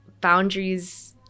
boundaries